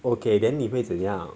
okay then 你会怎样